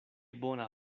bona